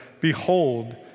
behold